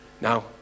Now